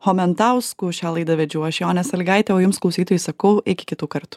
chomentausku šią laidą vedžiau aš jonė sąlygaitė o jums klausytojai sakau iki kitų kartų